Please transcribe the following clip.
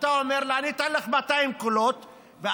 ואתה אומר לה: אני אתן לך 200 קולות ואתם,